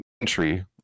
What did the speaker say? entry